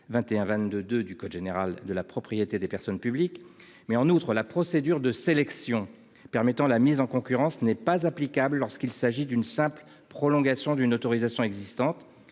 2122-2 du code général de la propriété des personnes publiques. En outre, aux termes de l'alinéa 4 de cet article, la procédure de sélection permettant la mise en concurrence n'est pas applicable lorsqu'il s'agit d'une simple prolongation d'une autorisation existante.